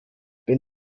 wenn